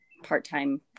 part-time